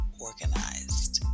Organized